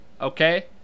Okay